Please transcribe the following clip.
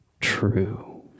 true